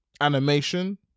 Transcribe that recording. animation